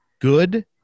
good